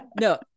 No